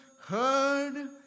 heard